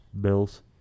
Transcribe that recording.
Bills